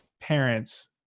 parents